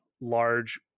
large